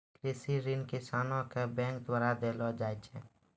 कृषि ऋण किसानो के बैंक द्वारा देलो जाय छै